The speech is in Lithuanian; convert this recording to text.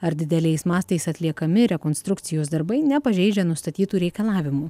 ar dideliais mastais atliekami rekonstrukcijos darbai nepažeidžia nustatytų reikalavimų